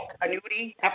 annuity